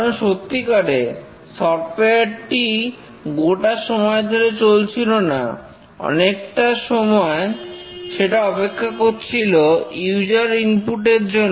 কারণ সত্যিকারে সফটওয়্যারটি গোটা সময় ধরে চলছিল না অনেকটা সময় সেটা অপেক্ষা করছিল ইউজার ইনপুট এর জন্য